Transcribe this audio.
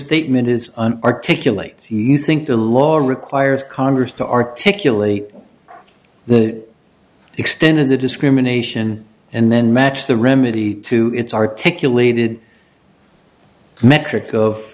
statement is an articulate see you think the law requires congress to articulate the extent of the discrimination and then match the remedy to its articulated metric of